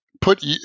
put